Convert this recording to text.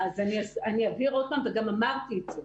אני אבהיר עוד פעם, וגם אמרתי את זה.